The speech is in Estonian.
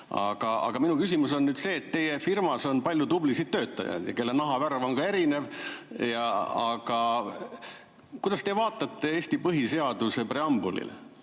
Aga minu küsimus on nüüd see. Teie firmas on palju tublisid töötajaid, kelle nahavärv on ka erinev. Kuidas te vaatate Eesti põhiseaduse preambulile,